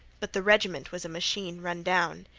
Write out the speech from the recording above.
but the regiment was a machine run down.